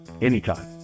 Anytime